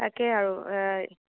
তাকে আৰু